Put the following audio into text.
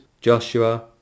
joshua